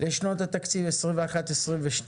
יש לנו את התקציב 21, 22,